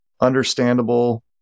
understandable